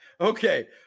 okay